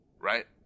right